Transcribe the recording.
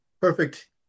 perfect